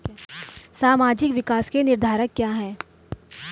सामाजिक विकास के निर्धारक क्या है?